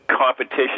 competition